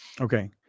Okay